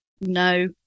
no